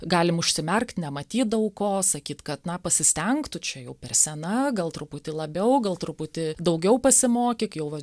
galim užsimerkt nematyt daug ko sakyt kad na pasistenk tu čia jau per sena gal truputį labiau gal truputį daugiau pasimokyk jau va